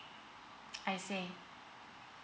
I see